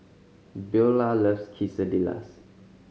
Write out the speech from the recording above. Beaulah loves Quesadillas